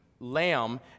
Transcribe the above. lamb